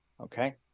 okay